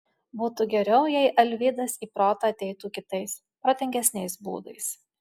būtų geriau jei alvydas į protą ateitų kitais protingesniais būdais